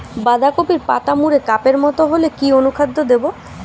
বাঁধাকপির পাতা মুড়ে কাপের মতো হলে কি অনুখাদ্য দেবো?